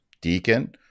deacon